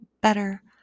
better